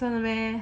真的 meh